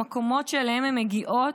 המקומות שאליהם הן מגיעות,